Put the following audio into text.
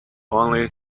only